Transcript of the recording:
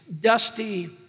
dusty